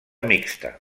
mixta